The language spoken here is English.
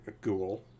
Google